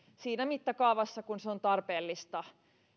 siinä mittakaavassa kuin se on tarpeellista